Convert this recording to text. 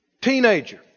teenager